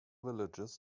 villages